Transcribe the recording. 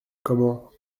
comment